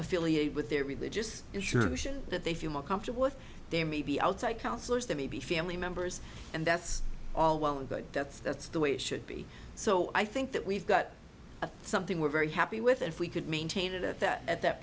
affiliated with their religious issues that they feel more comfortable with there may be outside counselors there may be family members and that's all well but that's that's the way it should be so i think that we've got something we're very happy with if we could maintain it at that at that